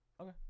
Okay